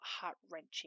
heart-wrenching